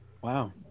Wow